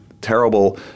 terrible